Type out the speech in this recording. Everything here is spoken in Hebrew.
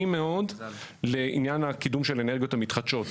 מאוד לעניין הקידום של האנרגיות המתחדשות.